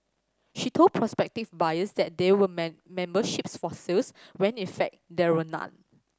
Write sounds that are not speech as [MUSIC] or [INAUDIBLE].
she told prospective buyers that there were [UNINTELLIGIBLE] memberships for sales when in fact there were none